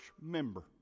member